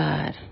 God